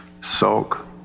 Sulk